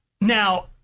now